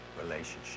relationship